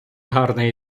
гарна